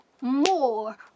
more